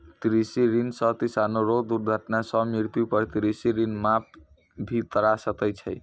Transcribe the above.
कृषि ऋण सह किसानो रो दुर्घटना सह मृत्यु पर कृषि ऋण माप भी करा सकै छै